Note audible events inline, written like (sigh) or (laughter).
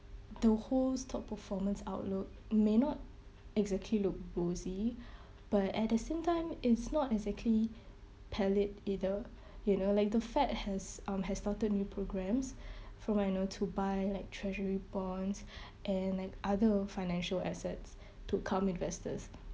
the whole stock performance outlook may not exactly look rosy (breath) but at the same time it's not exactly pallid either you know like the FED has um has started new programs (breath) from what I know to buy like treasury bonds (breath) and like other financial assets to calm investors